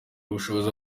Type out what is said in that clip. ubushobozi